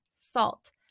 salt